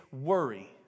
worry